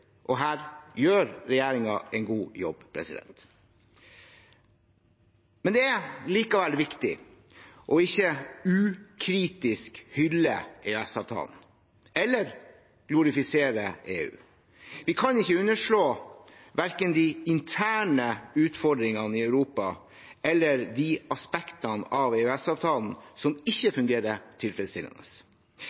og her gjør regjeringen en god jobb. Det er likevel viktig ikke å hylle EØS-avtalen ukritisk eller å glorifisere EU. Vi kan ikke underslå verken de interne utfordringene i Europa eller de aspektene av EØS-avtalen som ikke fungerer tilfredsstillende.